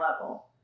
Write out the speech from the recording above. level